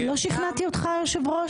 מה, לא שכנעתי אותך, היושב ראש?